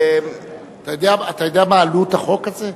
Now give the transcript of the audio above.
אתה יודע מה עלות החוק הזה?